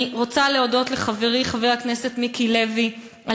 אני רוצה להודות לחברי חבר הכנסת מיקי לוי על